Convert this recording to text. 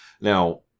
Now